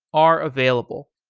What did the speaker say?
are available.